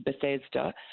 Bethesda